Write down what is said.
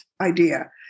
idea